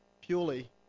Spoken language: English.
purely